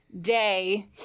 day